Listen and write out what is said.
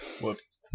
Whoops